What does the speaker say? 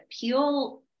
peel